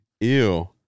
Ew